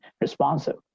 responsive